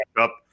up